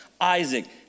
Isaac